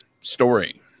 story